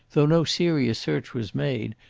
though no serious search was made,